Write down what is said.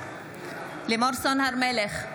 בעד לימור סון הר מלך,